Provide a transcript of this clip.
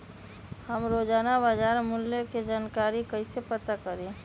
हम रोजाना बाजार मूल्य के जानकारी कईसे पता करी?